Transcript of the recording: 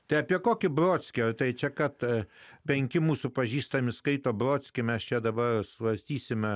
tie apie kokį brodskio tai čia kad penki mūsų pažįstami skaito brodskį mes čia dabar svarstysime